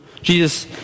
Jesus